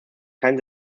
kein